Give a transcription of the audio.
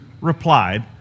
replied